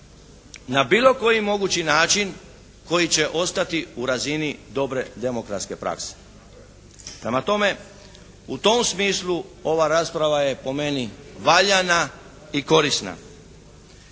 na bilo koji mogući način koji će ostati u razini dobre demokratske prakse. Prema tome, u tom smislu ova rasprava je po meni valjana i korisna.